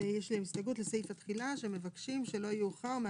ויש להם הסתייגות לסעיף התחילה שמבקשים שלא יאוחר-